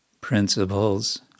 principles